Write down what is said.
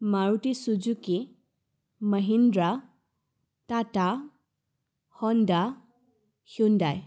Maruti Suzuki Mahindra Tata Honda Hyundai